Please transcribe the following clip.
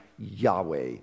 Yahweh